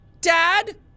Dad